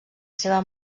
seva